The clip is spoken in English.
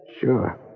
Sure